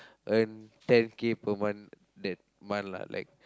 earn ten K per month that month lah like